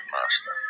master